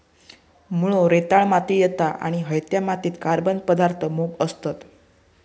मुळो रेताळ मातीत येता आणि हयत्या मातीत कार्बन पदार्थ मोप असतत